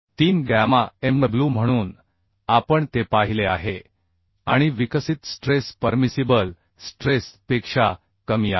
3 gamma mw म्हणून आपण ते पाहिले आहे आणि विकसित स्ट्रेस परमिसिबल स्ट्रेस पेक्षा कमी आहे